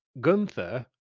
gunther